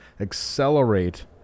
accelerate